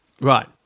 Right